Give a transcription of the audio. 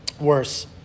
worse